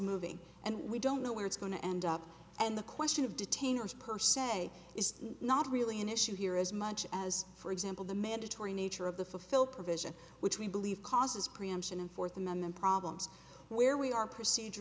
moving and we don't know where it's going to end up and the question of detainers per se is not really an issue here as much as for example the mandatory nature of the fulfill provision which we believe causes preemption and fourth amendment problems where we are procedur